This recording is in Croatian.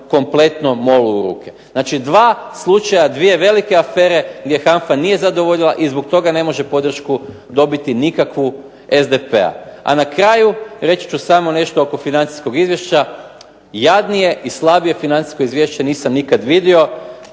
kompletnom MOL-u u ruke. Znači dva slučaja, dvije velike afere gdje HANFA nije zadovoljila i zbog toga ne može podršku nikakvu dobiti od SDP-a. A na kraju reći ću samo nešto oko financijskog izvješća. Jadnije i slabije financijsko izvješće nisam nikada vido